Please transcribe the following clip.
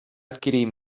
adquirir